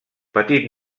petit